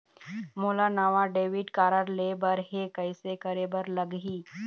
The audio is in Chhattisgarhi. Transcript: मोला नावा डेबिट कारड लेबर हे, कइसे करे बर लगही?